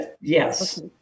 yes